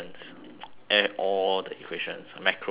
add all the equations macro and micro